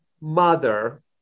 mother